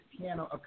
piano